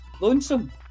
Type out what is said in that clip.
lonesome